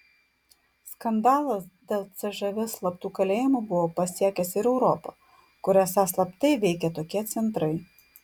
skandalas dėl cžv slaptų kalėjimų buvo pasiekęs ir europą kur esą slaptai veikė tokie centrai